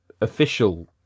official